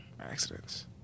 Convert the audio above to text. Accidents